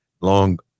Long